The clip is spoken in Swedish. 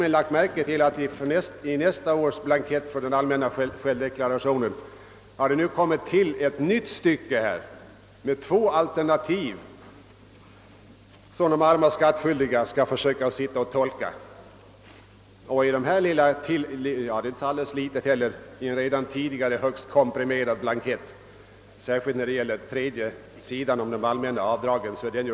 Jag har lagt märke till, att det på nästa års blanketter för den allmänna självdeklarationen har kommit till ett nytt stycke med två alternativ, som de arma skatt skyldiga skall försöka tolka. Deklarationsblanketten har ju redan tidigare varit mycket komprimerad. Detta gäller i synnerhet tredje sidan med de allmänna avdragen.